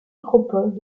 nécropole